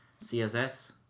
CSS